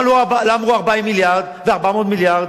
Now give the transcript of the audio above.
למה לא אמרו 40 מיליארד ו-400 מיליארד?